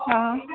অঁ